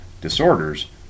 disorders